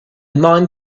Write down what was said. man